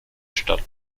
statt